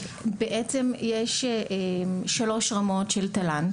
בעצם יש שלוש רמות של תל"ן.